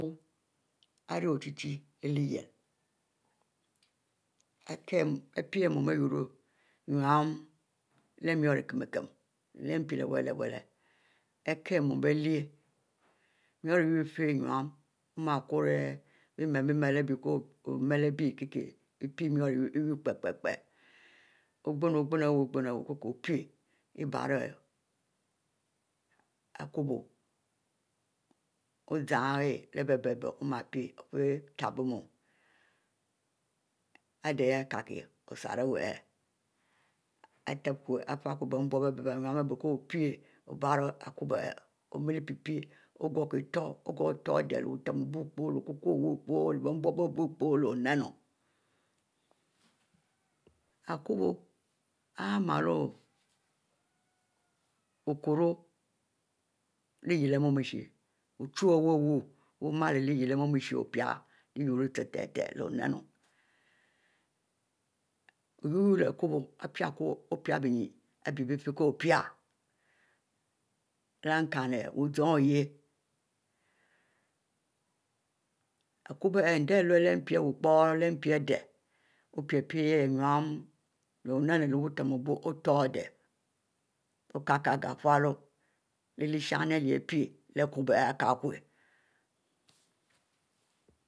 Mpon ari ochie lyieh bie pie mu eninu leh murro ikinn-kinn mpi leh wule wule, bie kie mu bielyiel murro Iwu Ifie nyinu, ori mie kuri bie mele biemele our mue bie kie mur Iwu iyoro pie-pie ogum ogum ibiero akkobo ozan ahieh leh bie-bie ome kuro ade lay ikiekieh osrri wu ari uteh kure afie ku ogur otor ade leh oneno akubo ari miele ochuro lyieh ari muishieh opie uteh-utehieh, lo-oneno o' wu-wu leh akubo ipie ku opie bie nyin ari bie-bie fieh opie leh ennie wu zoon oyie olur leh mpi iwu porro, leh mpi ade opie-pie, inine leh oneno biutem obie ori ute ade our kie-kieh agafualo lehshinn leh pie leh akubo ari kie kur